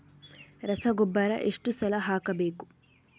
ರಸಗೊಬ್ಬರ ಎಷ್ಟು ಸಲ ಹಾಕಬೇಕು?